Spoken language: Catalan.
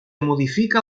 modifica